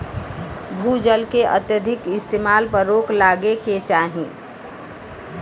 भू जल के अत्यधिक इस्तेमाल पर रोक लागे के चाही